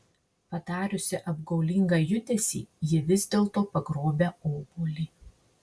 padariusi apgaulingą judesį ji vis dėlto pagrobia obuolį